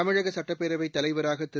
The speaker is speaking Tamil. தமிழக சட்டப்பேரவை தலைவராக திரு